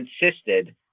insisted